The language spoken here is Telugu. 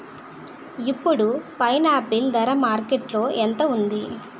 ఇప్పుడు పైనాపిల్ ధర మార్కెట్లో ఎంత ఉంది?